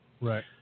Right